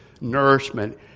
nourishment